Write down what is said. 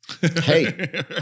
Hey